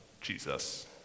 Jesus